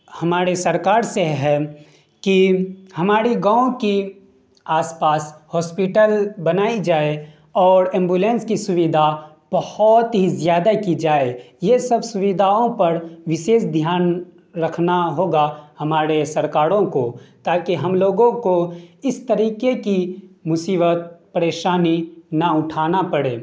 ہمارے سرکار سے ہے کہ ہماری گاؤں کی آس پاس ہاسپیٹل بنائی جائے اور ایمبولینس کی سوئدھا بہت ہی زیادہ کی جائے یہ سب سوئدھاؤں پر وشیش دھیان رکھنا ہوگا ہمارے سرکاروں کو تاکہ ہم لوگوں کو اس طریقے کی مصیبت پریشانی نہ اٹھانا پڑے